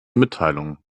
mitteilungen